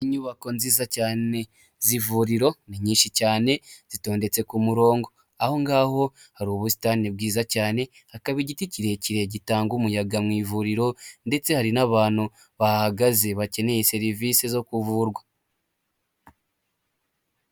Inyubako nziza cyane z'ivuriro ni nyinshi cyane zitondetse ku murongo, aho ngaho hari ubusitani bwiza cyane, hakaba igiti kirekire gitanga umuyaga mu ivuriro ndetse hari n'abantu bahahagaze bakeneye serivisi zo kuvurwa.